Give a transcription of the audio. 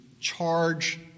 charge